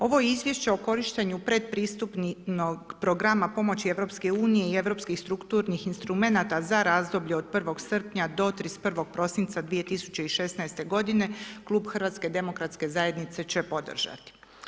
Ovo Izvješće o korištenju predpristupnog programa pomoći EU i europskih strukturnih instrumenata za razdoblje od 1. srpnja do 31. prosinca 2016. godine Klub HDZ-a će podržati.